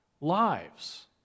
lives